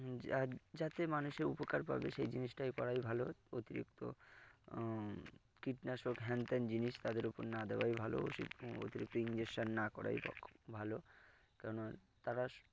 যা যাতে মানুষের উপকার পাবে সেই জিনিসটাই করাই ভালো অতিরিক্ত কীটনাশক হ্যান ত্যান জিনিস তাদের ও উপর না দেওয়াই ভালো অতিরিক্ত ইন্জেকশান না করাই ভালো কেননা তারা